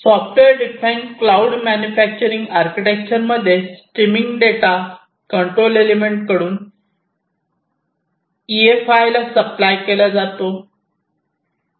software define cloud manufacturing architecture मध्ये streaming data control element कडून E I F ला supply केला जातो